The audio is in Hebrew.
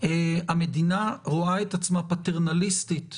המדינה רואה את עצמה פטרנליסטית